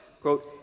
quote